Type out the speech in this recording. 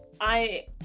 I-